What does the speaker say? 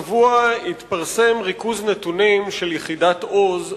השבוע התפרסם ריכוז נתונים של יחידת "עוז",